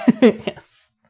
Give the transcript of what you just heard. yes